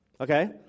Okay